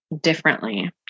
differently